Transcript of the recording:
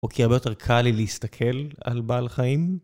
או כי הרבה יותר קל לי להסתכל על בעל חיים?